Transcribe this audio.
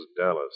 Dallas